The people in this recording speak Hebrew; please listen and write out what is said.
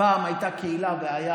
פעם הייתה קהילה והיה